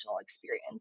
experience